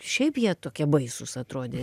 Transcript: šiaip jie tokie baisūs atrodė